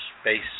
space